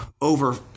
over